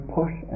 push